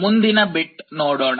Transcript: ಮುಂದಿನ ಬಿಟ್ ನೋಡೋಣ